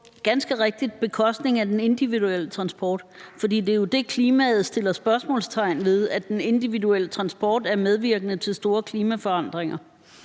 ganske rigtigt er på bekostning af den individuelle transport. For det er jo det, man i forhold til klimaet sætter spørgsmålstegn ved, altså at den individuelle transport er medvirkende til store klimaforandringer.